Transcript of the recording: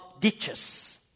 ditches